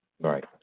Right